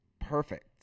perfect